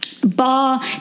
Bar